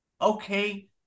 Okay